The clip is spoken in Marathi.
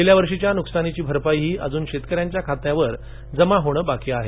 गेल्या वर्षीच्या नुकसानाचीच भरपाई अजून शेतकऱ्यांच्या खात्यावर जमा होणे बाकी आहे